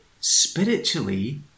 spiritually